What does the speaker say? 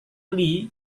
lee